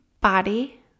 body